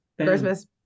Christmas